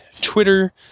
Twitter